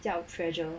叫 treasure